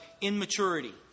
immaturity